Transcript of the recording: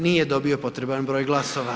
Nije dobio potreban broj glasova.